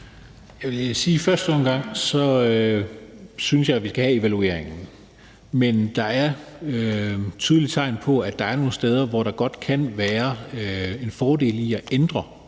Jeg vil sige, at jeg i første omgang synes, at vi skal have evalueringen, men der er tydelige tegn på, at der er nogle steder i loven, der godt kan være en fordel i at ændre